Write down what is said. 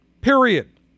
Period